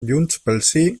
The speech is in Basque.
jxsí